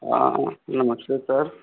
हाँ नमस्ते सर